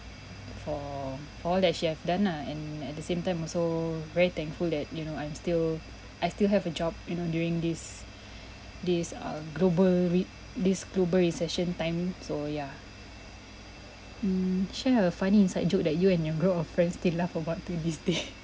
for all that she have done ah and at the same time also very thankful that you know I'm still I still have a job you know during this this uh global re~ this global recession time so yeah mm share a funny inside joke that you and your group of friends still laugh about till this day